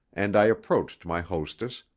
and i approached my hostess,